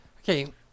Okay